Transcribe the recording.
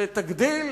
שתגדיל